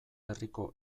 herriko